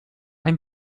ein